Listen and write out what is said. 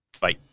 bye